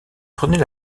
prenait